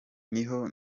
niho